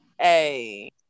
Hey